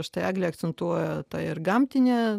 štai eglė akcentuoja tą ir gamtinę